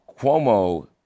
Cuomo